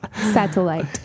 satellite